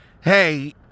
hey